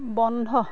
বন্ধ